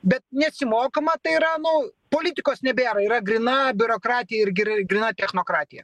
bet neatsimokama tai yra nu politikos nebėra yra gryna biurokratija ir gry gryna technokratija